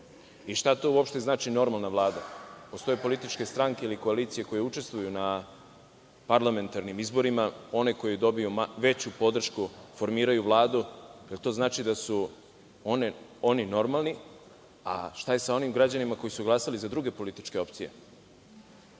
Šta to uopšte znači normalna Vlada? Postoje političke stranke ili koalicije koje učestvuju na parlamentarnim izborima, one koje dobiju veću podršku formiraju Vladu. Da li to znači da su oni normalni, a šta je sa onim građanima koji su glasali za druge političke opcije? Manja